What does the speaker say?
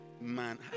man